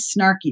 snarky